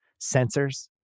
sensors